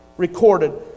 recorded